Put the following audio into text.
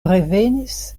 revenis